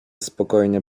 spokojnie